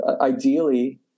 ideally